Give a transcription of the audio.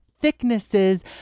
thicknesses